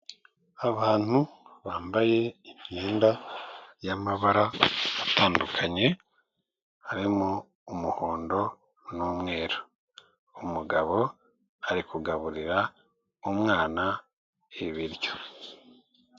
Abantu bambaye imyenda y'amabara atandukanye, harimo umuhondo n'umweru. Umugabo ari kugaburira umwana ibiryo.